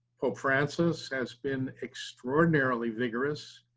pope francis has been extraordinarily vigorous,